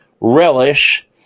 relish